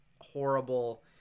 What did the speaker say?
horrible